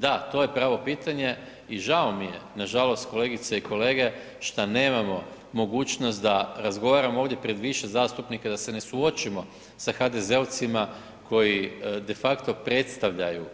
Da, to je pravo pitanje i žao mi je, nažalost kolegice i kolege što nemamo mogućnost da razgovaramo ovdje pred više zastupnika, da se ne suočimo sa HDZ-ovcima koji de facto predstavljaju